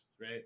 right